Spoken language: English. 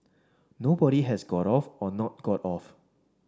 nobody has got off or not got off